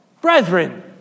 brethren